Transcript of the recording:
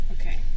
Okay